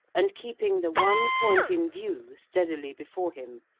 and keeping the one point in view steadily before him,